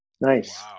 Nice